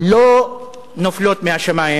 לא נופלות מהשמים.